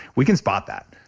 we can spot that.